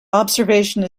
observation